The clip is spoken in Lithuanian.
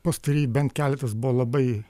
pastarieji bent keletas buvo labai